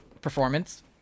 performance